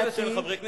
מילא שאין חברי כנסת,